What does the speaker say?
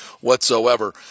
whatsoever